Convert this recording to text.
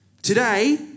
Today